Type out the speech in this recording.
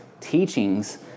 teachings